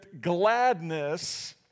gladness